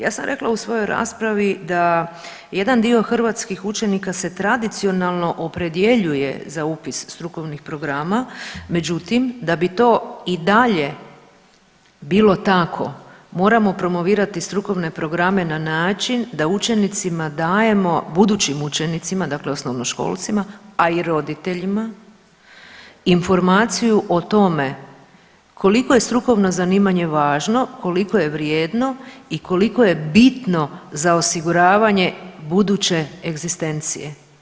Ja sam rekla u svojoj raspravi da jedan dio hrvatskih učenika se tradicionalno opredjeljuje za upis strukovnih programa, međutim da bi to i dalje bilo tako moramo promovirati strukovne programe na način da učenicima dajemo, budućim učenicima, dakle osnovnoškolcima, a i roditeljima, informaciju o tome koliko je strukovno zanimanje važno, koliko je vrijedno i koliko je bitno za osiguravanje buduće egzistencije.